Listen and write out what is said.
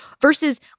versus